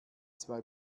zwei